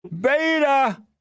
beta